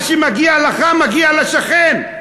מה שמגיע לך מגיע לשכן.